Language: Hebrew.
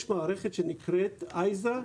יש מערכת שנקראת ISA,